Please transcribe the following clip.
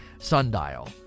sundial